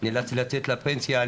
נאלצתי לצאת לפנסיה.